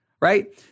right